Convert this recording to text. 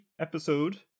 episode